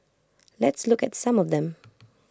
let's look at some of them